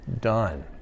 done